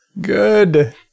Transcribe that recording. Good